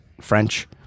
French